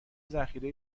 ذخیره